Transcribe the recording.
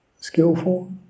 Skillful